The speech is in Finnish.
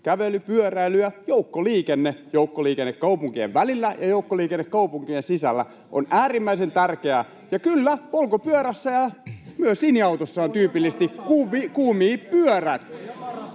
kävely, pyöräily ja joukkoliikenne — joukkoliikenne kaupunkien välillä ja joukkoliikenne kaupunkien sisällä — ovat äärimmäisen tärkeitä. Ja, kyllä, polkupyörässä ja myös linja-autossa on tyypillisesti kumipyörät.